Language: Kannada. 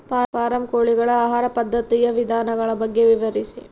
ಫಾರಂ ಕೋಳಿಗಳ ಆಹಾರ ಪದ್ಧತಿಯ ವಿಧಾನಗಳ ಬಗ್ಗೆ ವಿವರಿಸಿ?